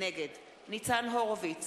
נגד ניצן הורוביץ,